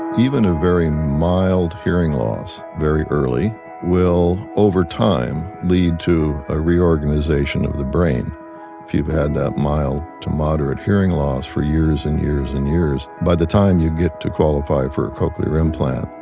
even a very mild hearing loss, very early will over time lead to a reorganization of the brain. if you've had that mild to moderate hearing loss for years and years and years, by the time you'd get to qualify for a cochlear implant,